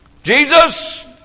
Jesus